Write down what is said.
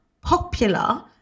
popular